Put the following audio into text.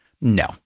No